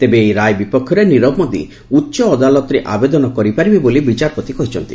ତେବେ ଏହି ରାୟ ବିପକ୍ଷରେ ନିରବ ମୋଦି ଉଚ୍ଚ ଅଦାଲତରେ ଆବେଦନ କରିପାରିବେ ବୋଲି ବିଚାରପତି କହିଛନ୍ତି